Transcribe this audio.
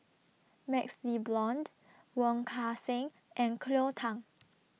MaxLe Blond Wong Kan Seng and Cleo Thang